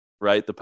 right